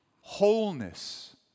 wholeness